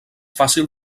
fàcil